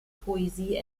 poesie